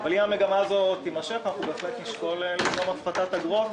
אבל אם המגמה הזאת תימשך אנחנו בהחלט נשקול ליזום הפחתת אגרות,